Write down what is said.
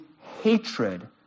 hatred